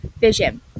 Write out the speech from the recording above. vision